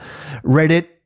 Reddit